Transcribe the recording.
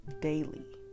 daily